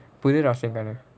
புது:puthu raising gun